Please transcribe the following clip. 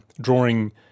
drawing